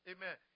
Amen